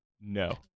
No